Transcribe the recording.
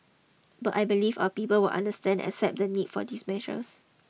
but I believe our people will understand and accept the need for these measures